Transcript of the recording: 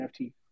NFT